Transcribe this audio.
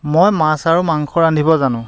মই মাছ আৰু মাংস ৰান্ধিব জানো